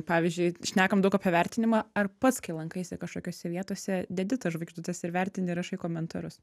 pavyzdžiui šnekam daug apie vertinimą ar pats kai lankaisi kažkokiose vietose dedi tas žvaigždutes ir vertinti ir rašai komentarus